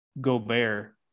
Gobert